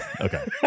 Okay